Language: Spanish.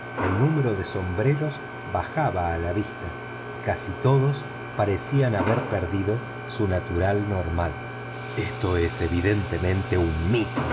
el número de sombreros bajaba a la vista y casi todos parecían haber perdido su natural normal esto es evidentemente un